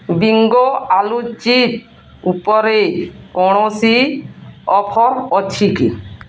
Bingo ଆଳୁ chips ଉପରେ କୌଣସି ଅଫର୍ ଅଛି କି